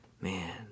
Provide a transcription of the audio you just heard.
Man